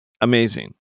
Amazing